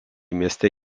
mieste